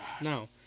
no